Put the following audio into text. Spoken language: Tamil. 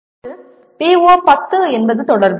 இப்போது PO 10 என்பது தொடர்பு